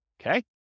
okay